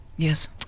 Yes